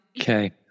Okay